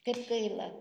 kad gaila